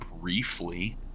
briefly